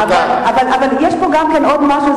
אבל יש פה גם עוד משהו,